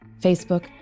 Facebook